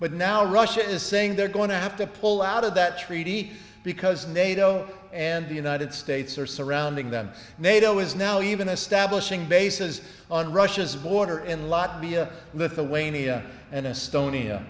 now russia is saying they're going to have to pull out of that treaty because nato and the united states are surrounding them nato is now even establishing bases on russia's border in lot b a with the wanita and estonia